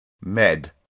med